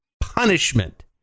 punishment